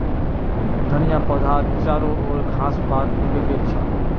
धनिया पौधात चारो ओर घास पात उगे गेल छ